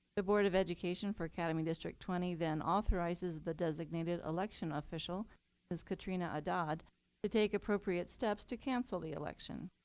the board of education for academy district twenty then authorizes the designated election official as katrina adad to take appropriate steps to cancel the election.